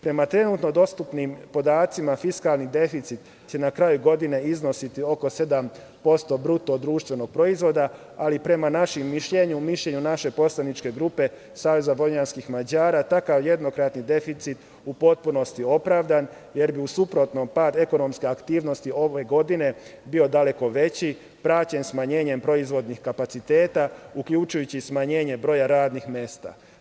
Prema trenutno dostupnim podacima, fiskalni deficit će na kraju godine iznositi oko 7% BDP, ali prema našem mišljenju, mišljenju naše poslaničke grupe Saveza vojvođanskih Mađara, takav jednokratni deficit u potpunosti je opravdan, jer bi u suprotnom pad ekonomske aktivnosti ove godine bio daleko veći, praćen smanjenjem proizvodnih kapaciteta, uključujući smanjenje broja radnih mesta.